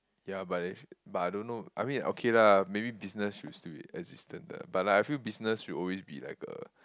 ya but if but I don't know I mean okay lah maybe business should still assistant the but like I feel business should always be like a